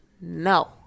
no